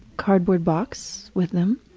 cardboard box with them.